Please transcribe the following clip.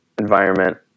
environment